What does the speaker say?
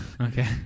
Okay